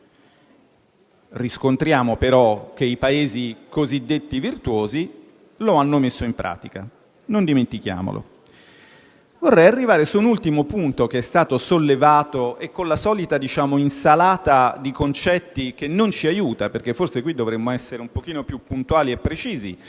Riscontriamo però che i Paesi cosiddetti virtuosi lo hanno messo in pratica. Non dimentichiamolo. Vorrei arrivare all'ultimo punto che è stato sollevato con la solita insalata di concetti, che non ci aiuta. Forse qui dovremmo essere più puntuali e precisi.